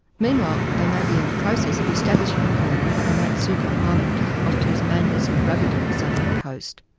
meanwhile they may be in the process of establishing a colony on maatsuyker island off tasmania's rugged southern coast.